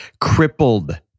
crippled